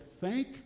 thank